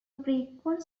frequent